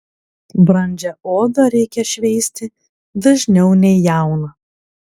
brandžią odą reikia šveisti dažniau nei jauną